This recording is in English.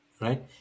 right